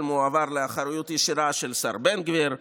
ומועבר לאחריות ישירה של השר בן גביר,